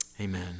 Amen